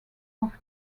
off